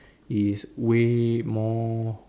is way more